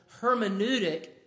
hermeneutic